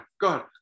God